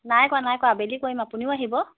নাই কৰা নাই কৰা আবেলি কৰিম আপুনিও আহিব